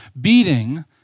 beating